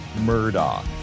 Murdoch